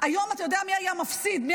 אתה יודע מי היה מפסיד היום,